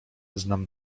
znam